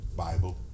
Bible